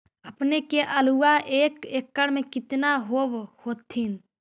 अपने के आलुआ एक एकड़ मे कितना होब होत्थिन?